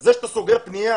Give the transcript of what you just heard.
זה שאתה סוגר פנייה